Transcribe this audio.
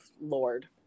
Lord